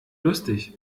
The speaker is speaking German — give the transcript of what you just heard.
lustig